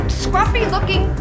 scruffy-looking